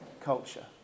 culture